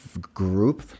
group